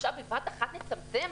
עכשיו בבת אחת לצמצם?